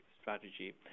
strategy